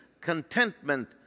contentment